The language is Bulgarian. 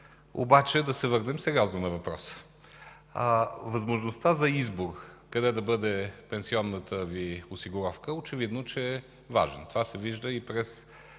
обаче да се върнем сериозно на въпроса. Възможността за избор къде да бъде пенсионната Ви осигуровка, очевидно, че е важен. Това се вижда и през